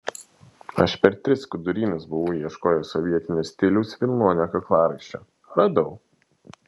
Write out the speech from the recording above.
aš per tris skudurynus buvau ieškojęs sovietinio stiliaus vilnonio kaklaraiščio radau